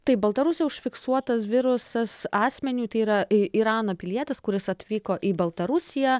taip baltarusijoj užfiksuotas virusas asmeniui tai yra irano pilietis kuris atvyko į baltarusiją